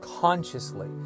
consciously